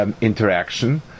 interaction